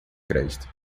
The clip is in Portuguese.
crédito